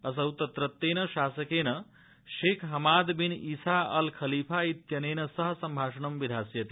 असौ तत्रत्येन शासकेन Sheikh Imad bin Isa Al Khalifa इत्यनेन सह सम्भाषणं विधास्यति